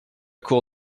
cour